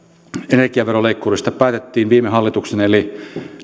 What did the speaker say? energiaveroleikkurista päätettiin viime hallituksen eli